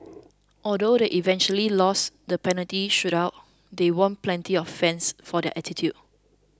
although they eventually lost the penalty shootout they won plenty of fans for their attitude